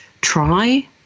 try